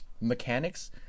mechanics